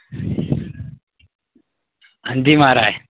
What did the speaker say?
हां जी महाराज